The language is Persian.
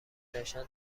داشتن